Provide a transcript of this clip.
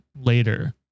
later